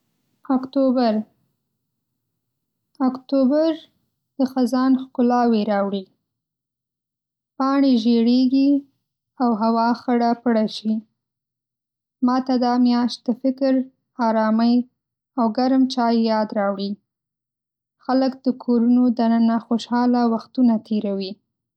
اکتوبر: اکتوبر د خزان ښکلاوې راوړي. پاڼې ژیړېږي، او هوا خړه خړه شي. ما ته دا میاشت د فکر، آرامۍ او ګرم چای یاد راوړي. خلک د کورونو دننه خوشحاله وختونه تېروي.